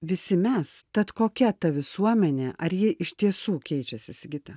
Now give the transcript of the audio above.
visi mes tad kokia ta visuomenė ar ji iš tiesų keičiasi sigita